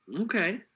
Okay